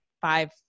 five